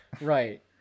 right